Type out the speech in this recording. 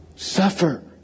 Suffer